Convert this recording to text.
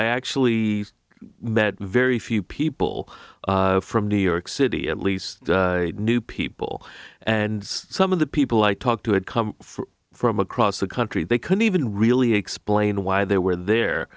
i actually met very few people from new york city at least new people and some of the people i talked to had come from across the country they couldn't even really explain why they were there